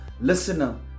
Listener